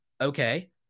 okay